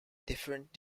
different